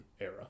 era